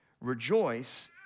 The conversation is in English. Rejoice